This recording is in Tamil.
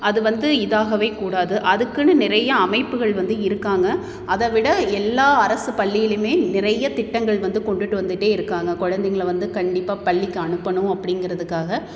அது வந்து இதாகவே கூடாது அதுக்குன்னு நிறைய அமைப்புகள் வந்து இருக்காங்க அதை விட எல்லா அரசுப் பள்ளியிலுமே நிறைய திட்டங்கள் வந்து கொண்டுட்டு வந்துட்டே இருக்காங்க குழந்தைங்கள வந்து கண்டிப்பாக பள்ளிக்கு அனுப்பணும் அப்படிங்கிறதுக்காக